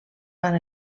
van